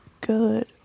good